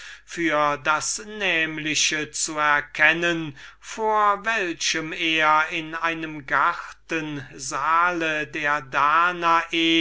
für das nämliche zu erkennen vor welchem er in einem garten saal der danae